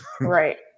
Right